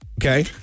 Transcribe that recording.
okay